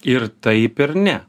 ir taip ir ne